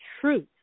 truth